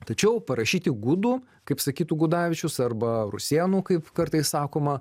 tačiau parašyti gudų kaip sakytų gudavičius arba rusėnų kaip kartais sakoma